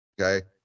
okay